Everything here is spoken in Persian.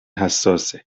حساسه